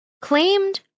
claimed